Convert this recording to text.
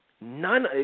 None